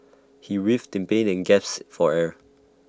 he writhed in pain and gasped for air